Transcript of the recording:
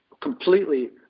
completely